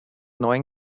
neuen